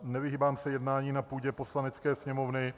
Nevyhýbám se jednání na půdě Poslanecké sněmovny.